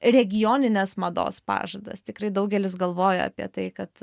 regioninės mados pažadas tikrai daugelis galvojo apie tai kad